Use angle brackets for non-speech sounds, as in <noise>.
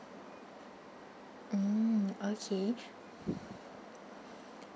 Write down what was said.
mm okay <breath>